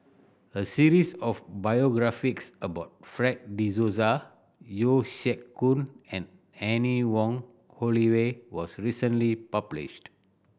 a series of biographies about Fred De Souza Yeo Siak Goon and Anne Wong Holloway was recently published